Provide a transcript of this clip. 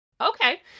Okay